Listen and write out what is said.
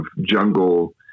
jungle